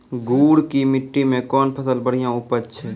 गुड़ की मिट्टी मैं कौन फसल बढ़िया उपज छ?